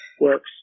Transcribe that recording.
works